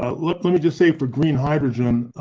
ah let let me just say for green hydrogen.